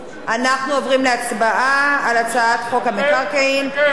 אנחנו עוברים להצבעה על הצעת חוק המקרקעין (חיזוק